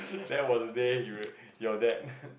that was day you were your dad